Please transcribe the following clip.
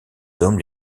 hommes